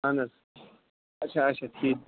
اَہَن اچھا اچھا ٹھیٖک